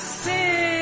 sing